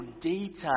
detail